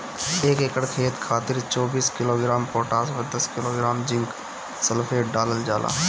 एक एकड़ खेत खातिर चौबीस किलोग्राम पोटाश व दस किलोग्राम जिंक सल्फेट डालल जाला?